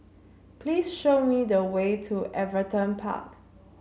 please show me the way to Everton Park